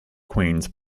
queens